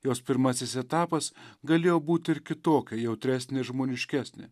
jos pirmasis etapas galėjo būti ir kitokia jautresnė žmoniškesnė